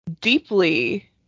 deeply